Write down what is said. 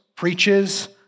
Preaches